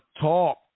talk